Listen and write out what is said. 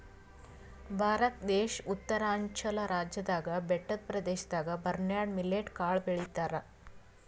ಭಾರತ ದೇಶ್ ಉತ್ತರಾಂಚಲ್ ರಾಜ್ಯದಾಗ್ ಬೆಟ್ಟದ್ ಪ್ರದೇಶದಾಗ್ ಬರ್ನ್ಯಾರ್ಡ್ ಮಿಲ್ಲೆಟ್ ಕಾಳ್ ಬೆಳಿತಾರ್